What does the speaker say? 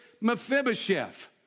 Mephibosheth